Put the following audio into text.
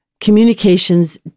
Communications